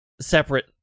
separate